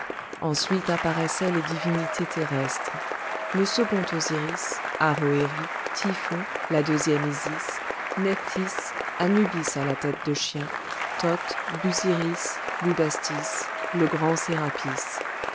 ensuite apparaissaient les divinités terrestres le second osiris haroéri typhon la deuxième isis nephthys anubis à la tête de chien thoth busiris bubastis le grand sérapis